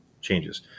changes